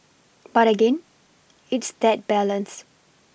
but again it's that balance